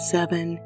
Seven